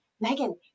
Megan